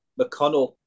McConnell